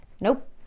Nope